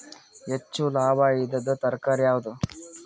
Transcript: ಹೆಚ್ಚು ಲಾಭಾಯಿದುದು ತರಕಾರಿ ಯಾವಾದು?